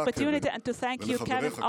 קווין,